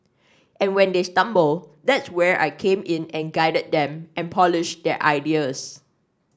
and when they stumble that's where I came in and guided them and polished their ideas